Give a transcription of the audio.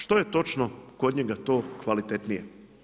Što je točno kod njega to kvalitetnije?